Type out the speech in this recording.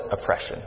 oppression